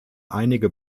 einige